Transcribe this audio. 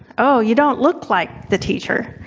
oh, you don't look like the teacher.